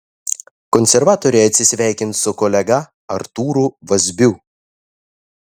konservatoriai atsisveikins su kolega artūru vazbiu